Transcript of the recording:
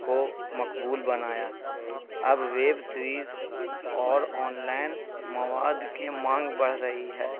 کو مقبول بنایا اب ویب سیریز اور آن لائن مواد کے مانگ بڑھ رہی ہے